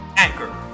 Anchor